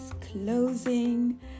closing